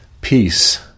peace